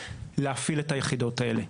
להפעיל את היחידות האלה.